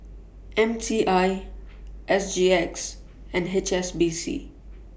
M T I S G X and H S B C